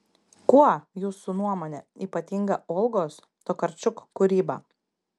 kuo jūsų nuomone ypatinga olgos tokarčuk kūryba